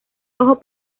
rojos